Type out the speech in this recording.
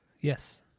Yes